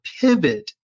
pivot